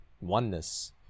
oneness